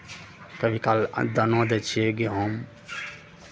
कभी काल दानो दै छियै गेहूँ